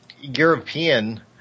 European